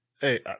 Hey